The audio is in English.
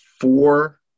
four